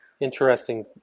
interesting